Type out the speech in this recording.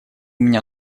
меня